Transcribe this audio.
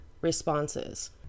responses